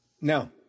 No